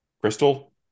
Crystal